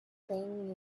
playing